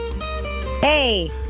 Hey